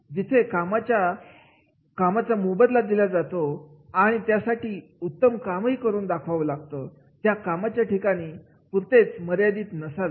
जिथे कामासाठी कामाचा मोबदला दिला जातो आणि त्यासाठी उत्तम कामही करून दाखवावं लागतं त्या कामाच्या ठिकाणा पुरतेच हे मर्यादित नसावे